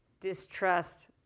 distrust